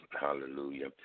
hallelujah